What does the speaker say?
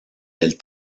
del